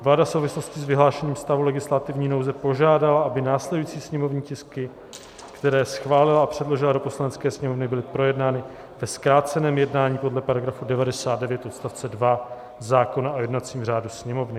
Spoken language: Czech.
Vláda v souvislosti s vyhlášením stavu legislativní nouze požádala, aby následující sněmovní tisky, které schválila a předložila do Poslanecké sněmovny, byly projednány ve zkráceném jednání podle § 99 odst. 2 zákona o jednacím řádu Sněmovny.